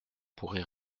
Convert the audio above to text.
pourrait